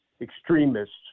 extremists